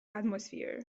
atmosphere